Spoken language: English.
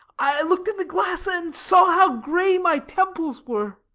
i looked in the glass and saw how grey my temples were.